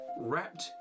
wrapped